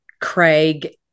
Craig